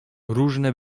różne